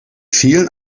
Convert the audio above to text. vielen